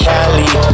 Cali